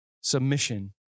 submission